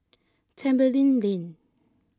Tembeling Lane